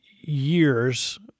years